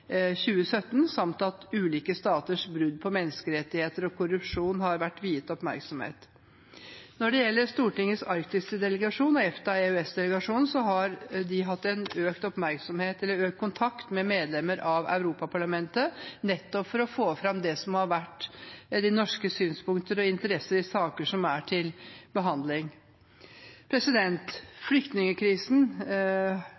2017 – og ulike staters brudd på menneskerettigheter og korrupsjon har også vært viet oppmerksomhet. Når det gjelder Stortingets arktiske delegasjon og EFTA/EØS-delegasjonen, har de hatt økt kontakt med medlemmer av Europaparlamentet, nettopp for å få fram det som har vært de norske synspunkter og interesser i saker som er til behandling.